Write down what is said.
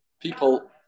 people